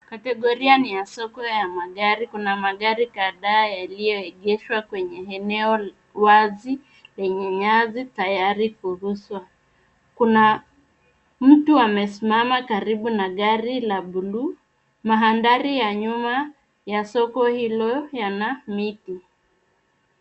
Kategoria ni ya soko ya magari. Kuna magari kadhaa yaliyooegeshwa kwenye eneo wazi yenye nyasi tayari kuuzwa. Kuna mtu amesimama karibu na gari la bluu. Mandhari ya nyuma ya soko hilo yana miti.